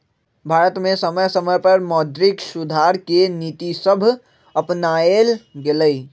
भारत में समय समय पर मौद्रिक सुधार के नीतिसभ अपानाएल गेलइ